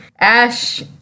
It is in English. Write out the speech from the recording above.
Ash